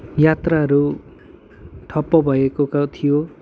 यात्राहरू ठप्प भएको थियो